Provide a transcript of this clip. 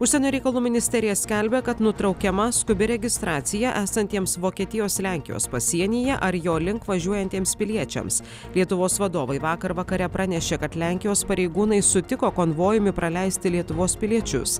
užsienio reikalų ministerija skelbia kad nutraukiama skubi registracija esantiems vokietijos lenkijos pasienyje ar jo link važiuojantiems piliečiams lietuvos vadovai vakar vakare pranešė kad lenkijos pareigūnai sutiko konvojumi praleisti lietuvos piliečius